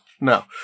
No